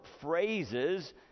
phrases